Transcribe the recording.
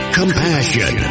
compassion